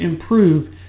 improve